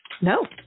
no